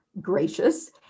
gracious